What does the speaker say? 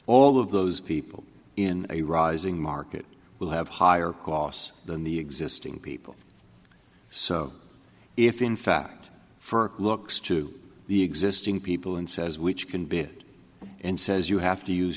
all of those people in a rising market will have higher costs than the existing people so if in fact for looks to the existing people and says which can bid and says you have to use